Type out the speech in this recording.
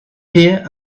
here